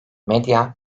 medya